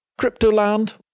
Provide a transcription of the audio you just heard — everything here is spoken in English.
Cryptoland